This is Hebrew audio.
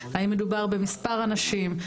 האם מדובר במס' אנשים,